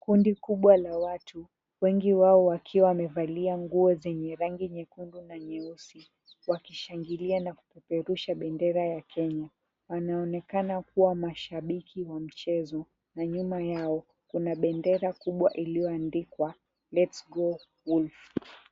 Kundi kubwa la watu, wengi wao wakiwa wamevalia nguo zenye rangi nyekundu na nyeusi wakishangilia na kupeperusha bendera ya Kenya. Wanaonekana kuwa mashabiki wa mchezo na nyuma yao kuna bendera kubwa iliyoandikwa Let's Go Wolf.